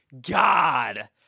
God